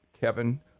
Kevin